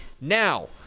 Now